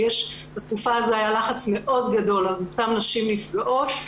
בתקופה הזאת היה לחץ על אותן נשים נפגעות.